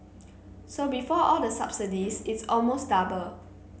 so before all the subsidies it's almost double